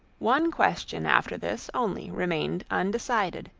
one question after this only remained undecided,